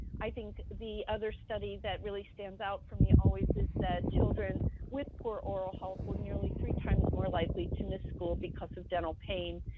i think the other study that really stands out for me always is that children with poor oral health were nearly three times more likely to miss school because of dental pain.